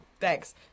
thanks